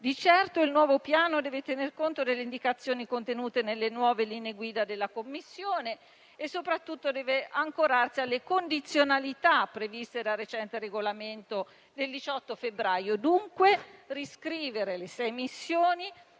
Di certo, il nuovo Piano deve tener conto delle indicazioni contenute nelle nuove linee guida della Commissione e soprattutto deve ancorarsi alle condizionalità previste dal recente regolamento del 18 febbraio. Occorre dunque riscrivere le sei missioni